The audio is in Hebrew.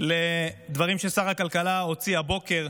לדברים ששר הכלכלה הוציא הבוקר,